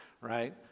right